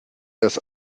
dass